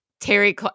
terry